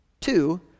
two